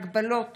(הגבלות